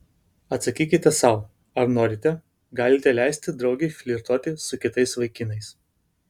atsakykite sau ar norite galite leisti draugei flirtuoti su kitais vaikinais